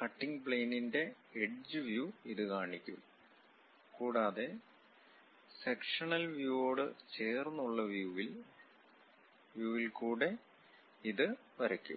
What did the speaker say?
cutting പ്ലയിനിന്റെ edge view ഇത് കാണിക്കും കൂടാതെ സെക്ഷനൽ വ്യൂ യോട് ചേർന്നുള്ള വ്യൂവിൽ കൂടെ ഇത് വരക്കും